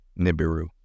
Nibiru